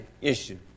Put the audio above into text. issue